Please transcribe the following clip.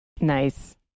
Nice